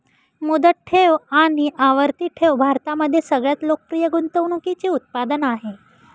मुदत ठेव आणि आवर्ती ठेव भारतामध्ये सगळ्यात लोकप्रिय गुंतवणूकीचे उत्पादन आहे